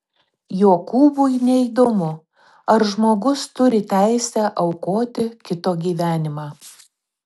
jokūbui neįdomu ar žmogus turi teisę aukoti kito gyvenimą